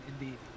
indeed